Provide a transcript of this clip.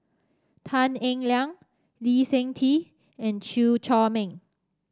Tan Eng Liang Lee Seng Tee and Chew Chor Meng